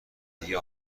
دیگه